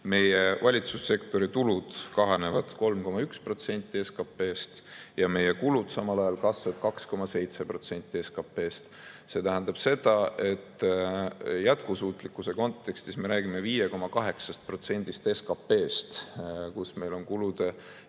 meie valitsussektori tulud kahanevad 3,1% SKP‑st ja meie kulud samal ajal kasvavad 2,7% SKP‑st. See tähendab, et jätkusuutlikkuse kontekstis me räägime 5,8%‑st SKP-st, kus meil on kulude